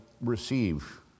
receive